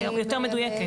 יותר מדויקת.